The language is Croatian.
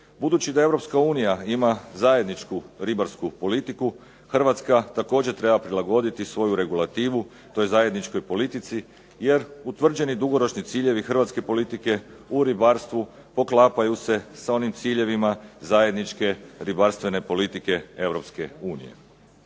Europska unija ima zajedničku ribarsku politiku, Hrvatska također treba prilagoditi svoju regulativu toj zajedničkoj politici jer utvrđeni dugoročni ciljevi hrvatske politike u ribarstvu poklapaju se s onim ciljevima zajedničke ribarstvene politike